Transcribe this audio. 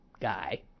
guy